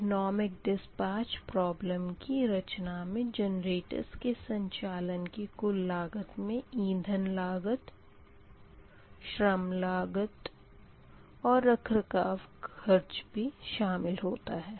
economic dispatch problem की रचना मे जेनरेटर्स के संचालन की कुल लागत मे ईंधन लागत श्रम लागत और रखरखाव खर्च भी शामिल होता है